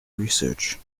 research